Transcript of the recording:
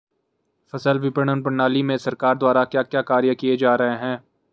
फसल विपणन प्रणाली में सरकार द्वारा क्या क्या कार्य किए जा रहे हैं?